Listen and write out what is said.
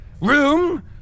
room